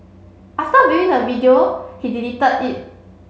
after viewing the video he deleted it